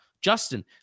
Justin